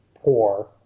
poor